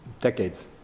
decades